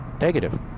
negative